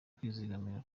kwizigamira